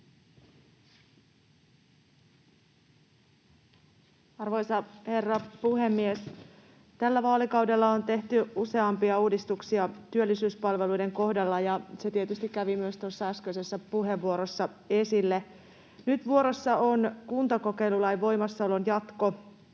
Arvoisa herra puhemies! Tällä vaalikaudella on tehty useampia uudistuksia työllisyyspalveluiden kohdalla, ja se tietysti kävi myös tuossa äskeisessä puheenvuorossa esille. Nyt vuorossa on kuntakokeilulain voimassaolon jatko,